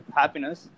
happiness